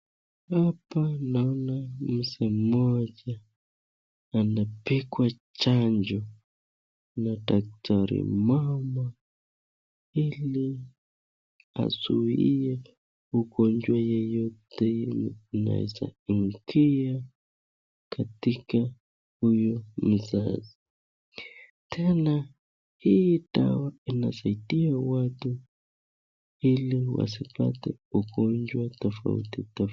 Hapa naona mzee mmoja anapigwa chanjo na daktari mmama ili azuie ugonjwa yeyote inaeza mkia katika huyo mzazi , tena hii dawa inasaidia watu ili wasipate ugonjwa tofauti tofauti.